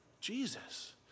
Jesus